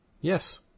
Yes